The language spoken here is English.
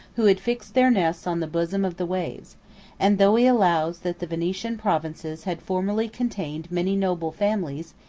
who had fixed their nests on the bosom of the waves and though he allows, that the venetian provinces had formerly contained many noble families,